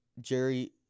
Jerry